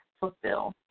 fulfill